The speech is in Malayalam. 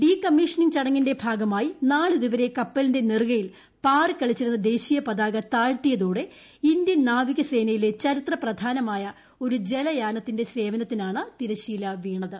ഡീ കമ്മീഷനിംഗ് ചടങ്ങിന്റെ ഭാഗമായി നാളിതുവരെ കപ്പലിന്റെ നെറുകയിൽ പാറി കളിച്ചിരുന്ന ദേശീയപതാക താഴ്ത്തിയതോടെ ഇന്ത്യൻ നാവികസേനയിലെ ചരിത്രപ്രധാനമായ ഒരു ജലയാനത്തിന്റെ സേവനത്തിനാണ് തിരശ്ശീല വീണത്